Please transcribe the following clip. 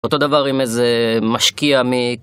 אותו דבר עם איזה משקיע מ...